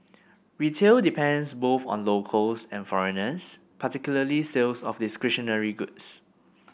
retail depends both on locals and foreigners particularly sales of discretionary goods